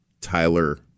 Tyler